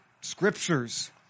scriptures